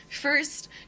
first